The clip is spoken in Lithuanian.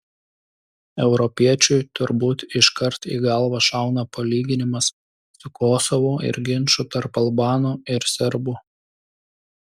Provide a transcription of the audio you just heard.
europiečiui turbūt iškart į galvą šauna palyginimas su kosovu ir ginču tarp albanų ir serbų